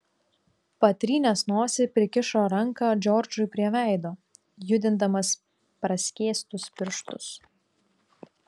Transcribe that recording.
patrynęs nosį prikišo ranką džordžui prie veido judindamas praskėstus pirštus